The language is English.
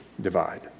divide